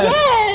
yes